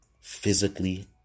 physically